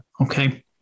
Okay